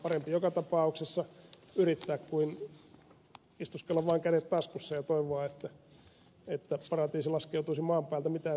parempi joka tapauksessa yrittää kuin istuskella vain kädet taskussa ja toivoa että paratiisi laskeutuisi maan päälle mitään tekemättä